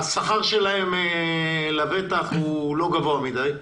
השכר שלהם לבטח לא גבוה מדי.